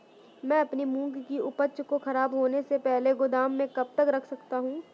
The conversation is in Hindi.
मैं अपनी मूंग की उपज को ख़राब होने से पहले गोदाम में कब तक रख सकता हूँ?